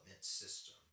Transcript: system